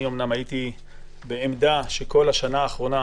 אני אמנם הייתי בעמדה שכל השנה האחרונה